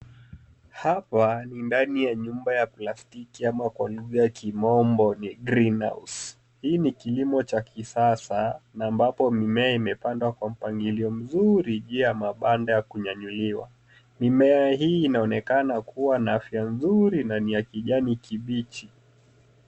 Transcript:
Hapa ni ndani ya nyumba ya plastiki ama kwa lugha ya kimombo ni greenhouse .Hii ni kilimo cha kisasa na ambapo mimea imepandwa kwa mpangilio mzuri juu ya mabanda ya kunyanyuliwa. Mimea hii inaonekana kuwa na afya nzuri na ni ya kijani kibichi.